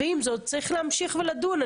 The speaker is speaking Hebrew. ועם זאת, צריך להמשיך ולדון.